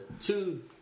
two